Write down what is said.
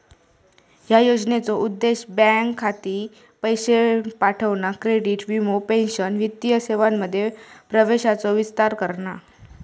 ह्या योजनेचो उद्देश बँक खाती, पैशे पाठवणा, क्रेडिट, वीमो, पेंशन वित्तीय सेवांमध्ये प्रवेशाचो विस्तार करणा